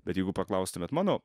bet jeigu paklaustumėt mano